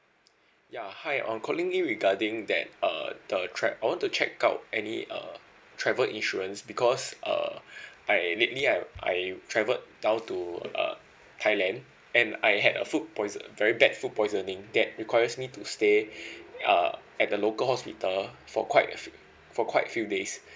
ya hi I'm calling in regarding that uh the tra~ I want to check out any uh travel insurance because uh I lately I I travelled down to uh thailand and I had a food poison very bad food poisoning that requires me to stay uh at the local hospital for quite f~ for quite few days